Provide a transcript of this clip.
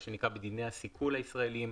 מה שנקרא בדיני הסיכול הישראליים.